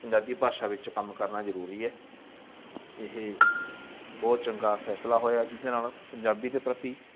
ਪੰਜਾਬੀ ਭਾਸ਼ਾ ਵਿੱਚ ਕੰਮ ਕਰਨਾ ਜ਼ਰੂਰੀ ਹੈ ਇਹ ਬਹੁਤ ਚੰਗਾ ਫੈਸਲਾ ਹੋਇਆ ਜਿਹਦੇ ਨਾਲ਼ ਪੰਜਾਬੀ ਦੇ ਪ੍ਰਤੀ